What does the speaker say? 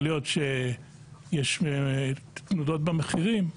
יכול להיות שיש תנודות במחירים,